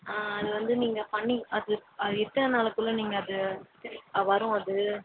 ஆ அது வந்து நீங்கள் பண்ணி அது அது எத்தனை நாளுக்குள்ளே நீங்கள் அது வரும் அது